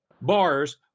bars